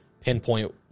pinpoint